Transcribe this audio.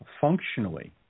functionally